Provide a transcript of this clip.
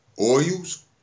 oils